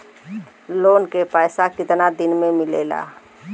Loan के पैसा कितना दिन मे मिलेला?